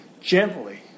gently